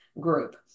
group